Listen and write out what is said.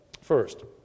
first